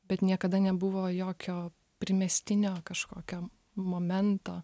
bet niekada nebuvo jokio primestinio kažkokiam momento